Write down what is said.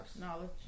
knowledge